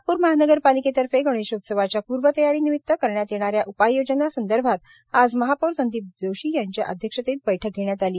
नागप्र महानगरपालिकेतर्फे गणेशोत्सवाच्या पूर्वतयारी निमित्त करण्यात येणा या उपाययोजना संदर्भात आज महापौर संदीप जोशी यांच्या अध्यक्षतेत बैठक घेण्यात आली